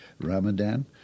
Ramadan